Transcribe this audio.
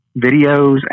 videos